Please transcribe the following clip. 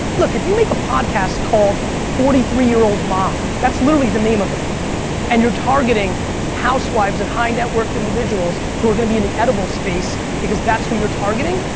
look, if you make a podcast called forty three year old mom, that's literally the name of it and you're targeting housewives and high net worth individuals who are gonna be in the edibles space, because that's who you're targeting,